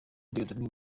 dieudonne